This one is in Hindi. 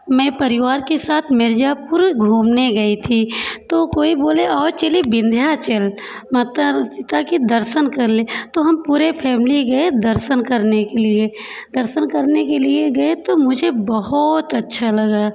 मैं परिवार के साथ मिर्जापुर घूमने गई थी तो कोई बोले आओ चले विंध्याचल माता सीता के दर्शन कर लें तो हम पूरे फैमिली गए दर्शन करने के लिए दर्शन करने के लिए गए तो मुझे बहुत अच्छा लगा